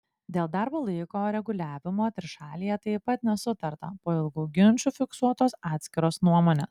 dėl darbo laiko reguliavimo trišalėje taip pat nesutarta po ilgų ginčų fiksuotos atskiros nuomonės